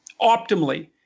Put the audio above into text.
optimally